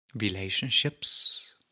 Relationships